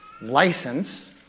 license